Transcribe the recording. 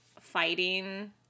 fighting